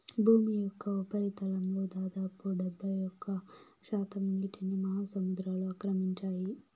భూమి యొక్క ఉపరితలంలో దాదాపు డెబ్బైఒక్క శాతం నీటిని మహాసముద్రాలు ఆక్రమించాయి